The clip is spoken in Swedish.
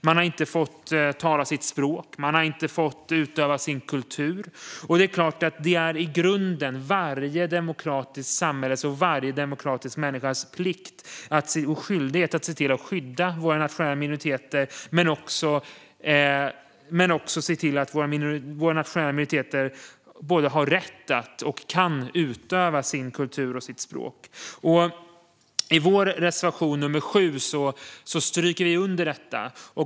Man har inte fått tala sitt språk. Man har inte fått utöva sin kultur. I grunden är det varje demokratiskt samhälles och varje demokratisk människas plikt och skyldighet att både se till att skydda våra nationella minoriteter och se till att de har rätt att och kan utöva sin kultur och tala sitt språk. I vår reservation nr 7 stryker vi under detta.